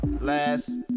last